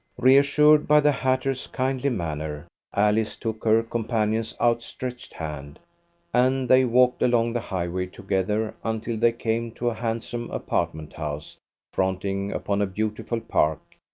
reassured by the hatter's kindly manner alice took her companion's outstretched hand and they walked along the highway together until they came to a handsome apartment house fronting upon a beautiful park,